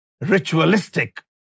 ritualistic